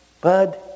Bud